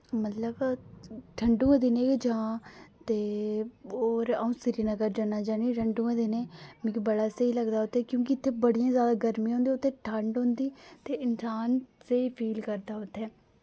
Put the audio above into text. मतलब ठंडु दे दिनै गै जां ते और अऊं श्रीनगर जाना चाह्न्नी ठंडु दे दिनें मिकी बड़ा स्हेई लगदा उत्थै क्यूंकि इत्थै बड़ियां जैदा गर्मियां होंदियां उत्थै ठंड होंदी ते इंसान स्हेई फील करदा उत्थै